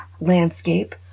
landscape